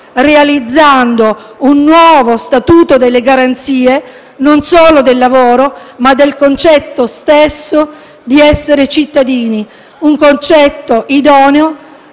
realizzando un nuovo statuto delle garanzie, non solo del lavoro, ma del concetto stesso di cittadini; un concetto idoneo